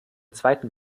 zweiten